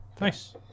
Nice